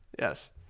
Yes